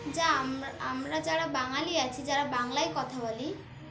যা আমরা যারা বাঙালি আছি যারা বাংলায় কথা বলি